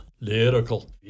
Lyrical